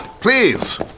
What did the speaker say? please